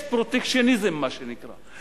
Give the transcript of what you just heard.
יש "פרוטקשניזם", מה שנקרא.